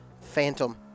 phantom